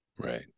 Right